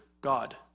God